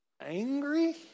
angry